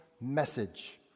message